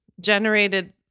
generated